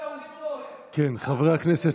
חבר הכנסת